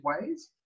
ways